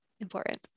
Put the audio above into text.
important